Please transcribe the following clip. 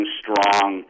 strong